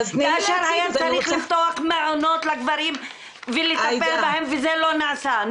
כאשר היה צריך לפתוח מעונות לגברים ולטפל בהם וזה לא נעשה.